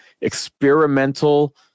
experimental